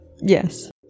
Yes